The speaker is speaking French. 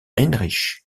heinrich